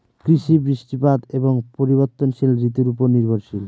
কৃষি বৃষ্টিপাত এবং পরিবর্তনশীল ঋতুর উপর নির্ভরশীল